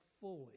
fully